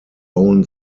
own